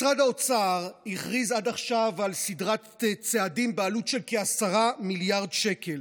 משרד האוצר הכריז עד עכשיו על סדרת צעדים בעלות של כ-10 מיליארד שקל,